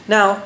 Now